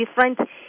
different